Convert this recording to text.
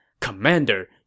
Commander